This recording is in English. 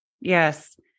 Yes